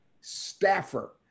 Staffer